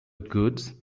goods